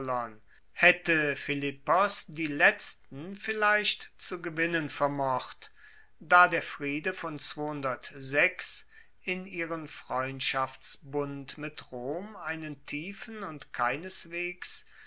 haette philippos die letzten vielleicht zu gewinnen vermocht da der friede von in ihren freundschaftsbund mit rom einen tiefen und keineswegs